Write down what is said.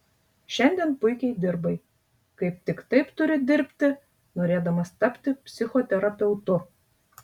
šiandien puikiai dirbai kaip tik taip turi dirbti norėdamas tapti psichoterapeutu